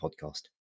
podcast